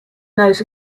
knows